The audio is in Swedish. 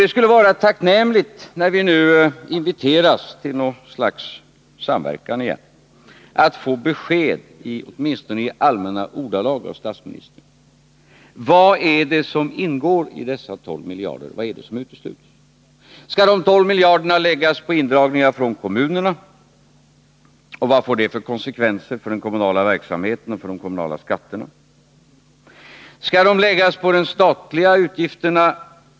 Det skulle vara tacknämligt, när vi nu inviteras till något slags samverkan igen, att få besked åtminstone i allmänna ordalag av statsministern: Vad är det som ingår i dessa 12 miljarder och vad är det som är uteslutet? Skall de 12 miljarderna läggas på indragningar från kommunerna, och vad får det för konsekvenser för den kommunala verksamheten och för de kommunala skatterna? Skall besparingarna göras på de statliga utgifterna?